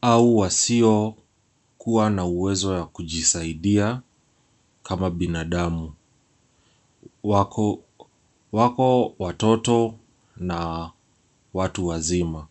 au wasiokuwa na uwezo ya kujisaidia kama binadamu. Wako watoto na watu wazima.